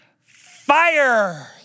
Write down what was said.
fire